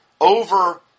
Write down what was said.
over